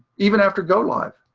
even after go live.